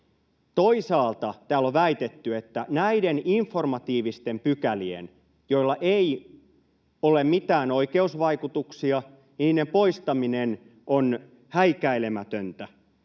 Toisaalta täällä on väitetty, että näiden informatiivisten pykälien, joilla ei ole mitään oikeusvaikutuksia, poistaminen on häikäilemätöntä